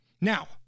Now